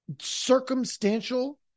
Circumstantial